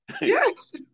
Yes